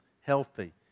healthy